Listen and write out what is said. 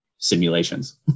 simulations